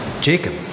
Jacob